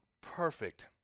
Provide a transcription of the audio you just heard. perfect